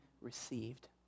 received